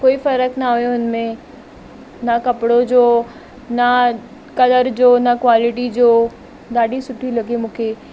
कोई फर्क़ न हुओ हिन में न कपिड़ो जो न कलर जो न क्वालिटी जो ॾाढी सुठी लॻी मूंखे